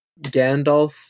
Gandalf